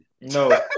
No